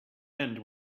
end